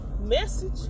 Message